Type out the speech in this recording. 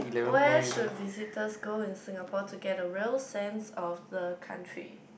where should visitors go in Singapore to get a real sense of the country